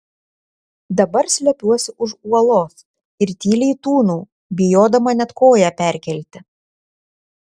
dabar slepiuosi už uolos ir tyliai tūnau bijodama net koją perkelti